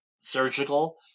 surgical